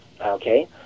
Okay